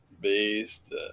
based